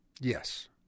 Yes